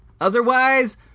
otherwise